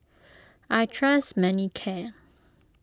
I trust Manicare